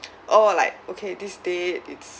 oh like okay this day it's